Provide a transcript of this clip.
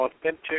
authentic